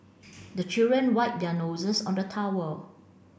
the children wipe their noses on the towel